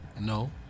No